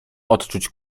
odczuwać